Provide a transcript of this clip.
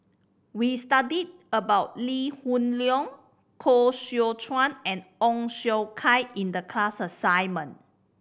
we studied about Lee Hoon Leong Koh Seow Chuan and Ong Siong Kai in the class assignment